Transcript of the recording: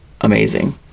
amazing